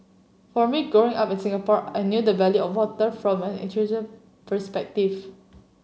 for me Growing Up in Singapore I knew the value of water from an perspective